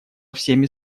всеми